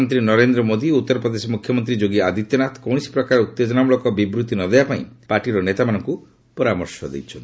ପ୍ରଧାନମନ୍ତ୍ରୀ ନରେନ୍ଦ୍ର ମୋଦୀ ଓ ଉତ୍ତରପ୍ରଦେଶ ମୁଖ୍ୟମନ୍ତ୍ରୀ ଯୋଗୀ ଆଦିତ୍ୟନାଥ କୌଣସି ପ୍ରକାର ଉତ୍ତେଜନାମୂଳକ ବିବୃତ୍ତି ନ ଦେବା ପାଇଁ ପାର୍ଟିର ନେତାମାନଙ୍କୁ ପରାମର୍ଶ ଦେଇଛନ୍ତି